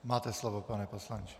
Máte slovo, pane poslanče.